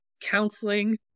counseling